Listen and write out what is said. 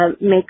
make